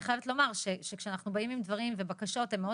אני חייבת לומר שכשאנחנו באים עם דברים ובקשות הם מאוד